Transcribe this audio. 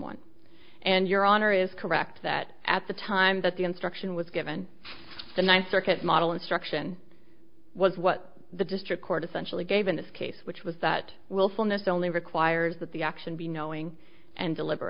one and your honor is correct that at the time that the instruction was given the ninth circuit model instruction was what the district court essentially gave in this case which was that wilfulness only requires that the action be knowing and deliber